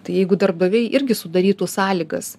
tai jeigu darbdaviai irgi sudarytų sąlygas